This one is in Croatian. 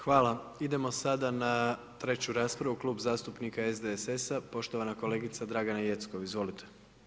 Hvala, idemo sada na treću raspravu Klub zastupnika SDSS-a, poštovana kolegica Dragana Jeckov, izvolite.